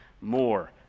more